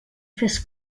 fes